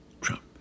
Trump